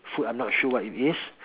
food I'm not sure what it is